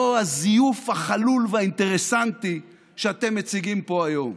לא הזיוף החלול והאינטרסנטי שאתם מציגים פה היום.